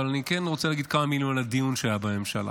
אבל אני כן רוצה להגיד כמה מילים על הדיון שהיה בממשלה: